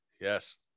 Yes